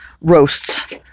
roasts